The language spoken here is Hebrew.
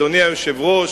אדוני היושב-ראש,